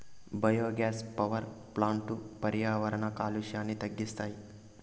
biogas power ప్లాంట్లు పర్యావరణ కాలుష్యాన్ని తగ్గిస్తాయి